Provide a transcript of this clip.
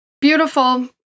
Beautiful